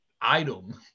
item